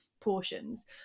portions